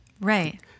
Right